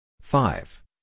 five